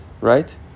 Right